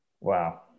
Wow